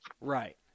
Right